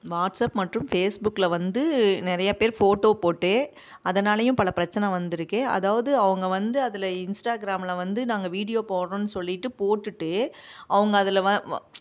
WhatsApp மற்றும் ஃபேஸ்புக்கில் வந்து நிறைய பேர் ஃபோட்டோ போட்டே அதனாலேயும் பல பிரச்சனை வந்துருக்குது அதாவது அவங்க வந்து அதில் இன்ஸ்டாகிராமில் வந்து நாங்கள் வீடியோ போடுறோன்னு சொல்லிட்டு போட்டுட்டு அவங்க அதில் வ வ